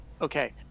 Okay